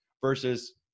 versus